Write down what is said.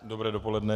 Dobré dopoledne.